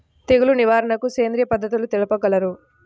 తెగులు నివారణకు సేంద్రియ పద్ధతులు తెలుపగలరు?